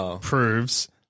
proves